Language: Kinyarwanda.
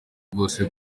bwose